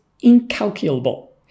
incalculable